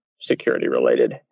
security-related